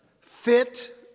fit